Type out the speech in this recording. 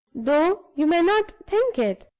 though you may not think it.